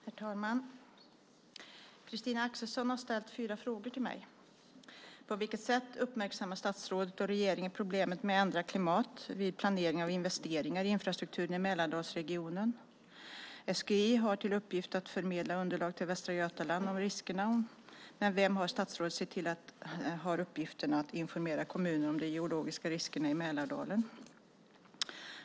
Herr talman! Christina Axelsson har ställt fyra frågor till mig: På vilket sätt uppmärksammar statsrådet och regeringen problemen med ändrat klimat vid planeringen av investeringar i infrastrukturen i Mälardalsregionen? SGI har till uppgift att förmedla underlag till Västra Götaland om riskerna, men vem har statsrådet sett till har uppgiften att informera kommunerna om de geologiska riskerna i Mälardalen?